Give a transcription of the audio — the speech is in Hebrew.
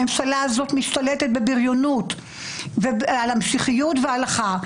הממשלה הזאת משתלטת בבריונות על המשיחיות וההלכה.